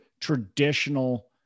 traditional